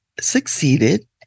succeeded